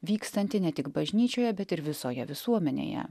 vykstanti ne tik bažnyčioje bet ir visoje visuomenėje